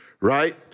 right